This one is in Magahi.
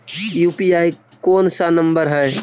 यु.पी.आई कोन सा नम्बर हैं?